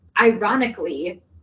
ironically